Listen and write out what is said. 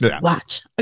Watch